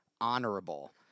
honorable